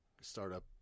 startup